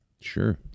Sure